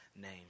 name